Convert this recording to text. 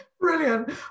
brilliant